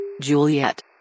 Juliet